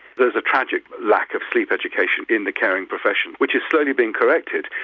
there's a tragic lack of sleep education in the caring professions, which is slowly being corrected,